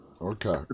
Okay